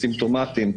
גמר חתימה טובה לכולם,